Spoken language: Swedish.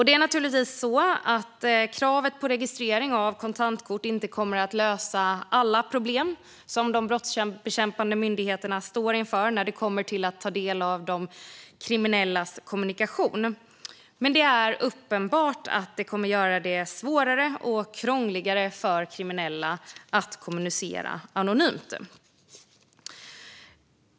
Det är naturligtvis så att kravet på registrering av kontantkort inte kommer att lösa alla problem som de brottsbekämpande myndigheterna står inför när det gäller att ta del av kriminellas kommunikation. Men det är uppenbart att det kommer att göra det svårare och krångligare för kriminella att kommunicera anonymt.